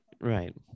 Right